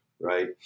right